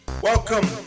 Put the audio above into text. Welcome